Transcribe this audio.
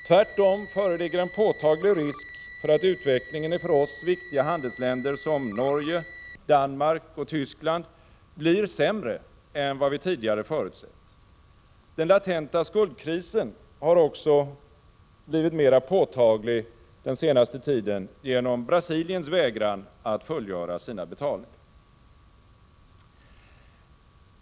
Tvärtom föreligger en påtaglig risk för att utvecklingen i för oss viktiga handelsländer som Norge, Danmark och Tyskland blir sämre än vad vi tidigare förutsett. Den latenta skuldkrisen har också blivit mera påtaglig under den senaste tiden genom Brasiliens vägran att fullgöra sina betalningar.